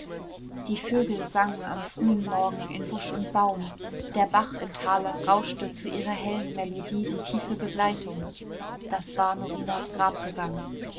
die vögel sangen am frühen morgen in busch und baum der bach im tale rauschte zu ihrer hellen melodie die tiefe begleitung das war norinas